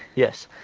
yes.